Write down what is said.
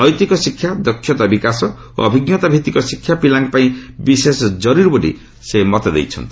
ନୈତିକ ଶିକ୍ଷା ଦକ୍ଷତା ବିକାଶ ଓ ଅଭିଜ୍ଞତା ଭିତ୍ତିକ ଶିକ୍ଷା ପିଲାଙ୍କ ପାଇଁ ବିଶେଷ ଜରୁରୀ ବୋଲି ସେ ମତ ଦେଇଛନ୍ତି